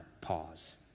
pause